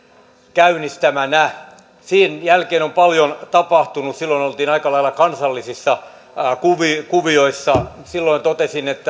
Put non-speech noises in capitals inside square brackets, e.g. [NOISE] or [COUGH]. käynnistämänä sen jälkeen on paljon tapahtunut silloin oltiin aika lailla kansallisissa kuvioissa kuvioissa silloin totesin että [UNINTELLIGIBLE]